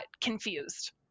confused